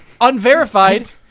unverified